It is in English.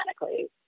automatically